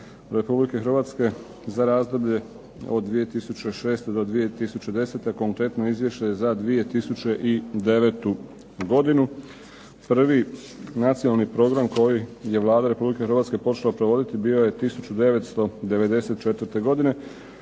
Republike Hrvatske 2006. - 2010. za 2009. godinu konkretno izvješće za 2009. godinu. Prvi nacionalni program koji je Vlada Republike Hrvatske počela provoditi bio je 1994. godine.